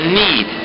need